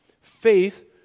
faith